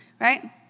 right